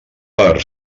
per